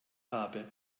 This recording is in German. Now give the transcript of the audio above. habe